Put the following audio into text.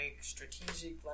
strategic